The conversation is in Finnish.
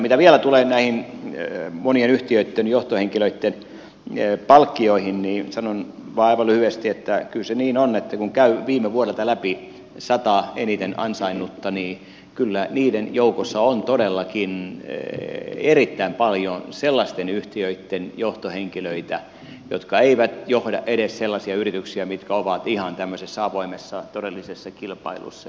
mitä vielä tulee näihin monien yhtiöitten johtohenkilöitten palkkioihin niin sanon vain aivan lyhyesti että kyllä se niin on että kun käy viime vuodelta läpi sata eniten ansainnutta niin kyllä niiden joukossa on todellakin erittäin paljon sellaisten yhtiöitten johtohenkilöitä jotka eivät johda edes sellaisia yrityksiä mitkä ovat ihan tämmöisessä avoimessa todellisessa kilpailussa